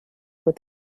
with